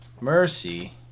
mercy